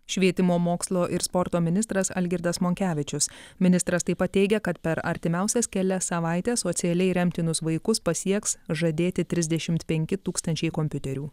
švietimo mokslo ir sporto ministras algirdas monkevičius ministras taip pat teigia kad per artimiausias kelias savaites socialiai remtinus vaikus pasieks žadėti trisdešimt penki tūkstančiai kompiuterių